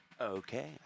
Okay